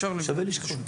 שווה לשקול.